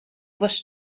was